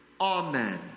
Amen